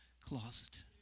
closet